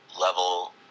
level